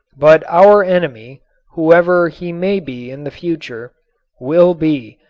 but our enemy whoever he may be in the future will be,